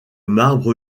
marbre